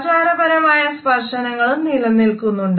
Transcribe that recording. ആചാരപരമായ സ്പർശനങ്ങളും നിലനിൽക്കുന്നുണ്ട്